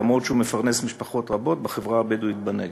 למרות שהוא מפרנס משפחות רבות בחברה הבדואית בנגב.